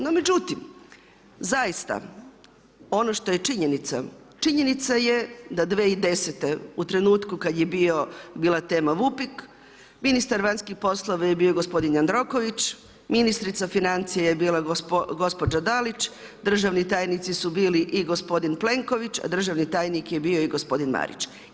No, međutim, zaista, ono št je činjenica, činjenica je da 2010. u trenutku kada je bila tema vupik, ministar vanjskih poslova je bio gospodin Jandroković, ministrica financija je bila gospođa Dalić, državni tajnici su bili i gospodin Plenković, a državni tajnik je bio i gospodin Marić.